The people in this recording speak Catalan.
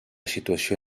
situació